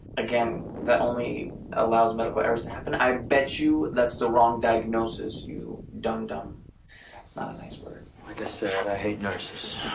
again that only allows medical errors to happen. i bet you that's the wrong diagnosis. you dum-dum. it's not a nice word like i said, i hate nurses